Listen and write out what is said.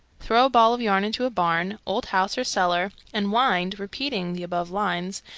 throw a ball of yarn into a barn, old house, or cellar, and wind, repeating the above lines,